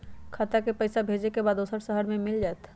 खाता के पईसा भेजेए के बा दुसर शहर में मिल जाए त?